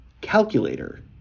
calculator